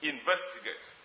Investigate